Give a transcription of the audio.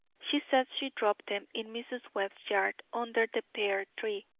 she says she dropped them in mrs. webb's yard under the pear tree,